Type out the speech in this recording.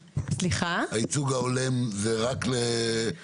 ייצוג הולם הוא רק במגזר הערבי?